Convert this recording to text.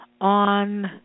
on